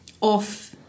off